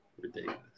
ridiculous